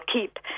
keep